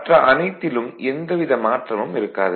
மற்ற அனைத்திலும் எந்தவித மாற்றமும் இருக்காது